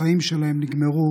החיים שלהם נגמרו,